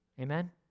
Amen